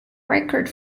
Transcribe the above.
record